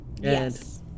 Yes